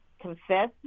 Confess